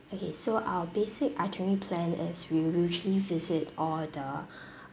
okay so our basic itinerary plan is we usually visit all the